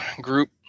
group